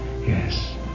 Yes